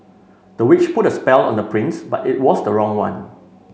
the witch put a spell on the prince but it was the wrong one